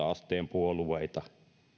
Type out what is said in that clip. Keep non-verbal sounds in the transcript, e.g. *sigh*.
*unintelligible* asteen puolueita